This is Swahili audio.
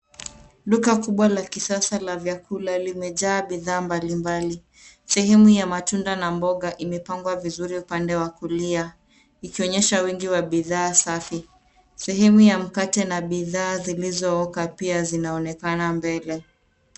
Duka kubwa la kisasa la vyakula limejaa bidhaa mbalimbali, sehemu ya matunda na mboga imepangwa vizuri upande wa kulia ikionyesha wingi wa bidhaa safi. Sehemu ya mkate na bidhaa zilizokapia zinaonekana mbele.